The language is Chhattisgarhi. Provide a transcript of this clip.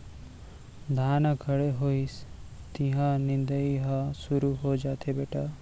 धान ह खड़े होइस तिहॉं निंदई ह सुरू हो जाथे बेटा